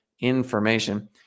information